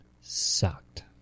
sucked